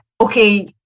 okay